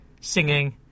singing